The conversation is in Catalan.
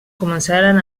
començaren